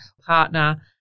partner